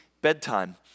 bedtime